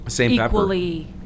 equally